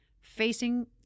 facing